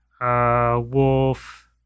Wolf